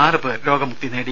ആറ് പേർ രോഗമുക്തി നേടി